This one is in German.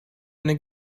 eine